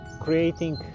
creating